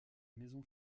maison